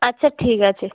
আচ্ছা ঠিক আছে